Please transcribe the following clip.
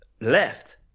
left